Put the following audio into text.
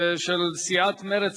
הצעת סיעת מרצ